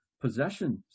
possessions